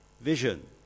vision